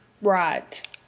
Right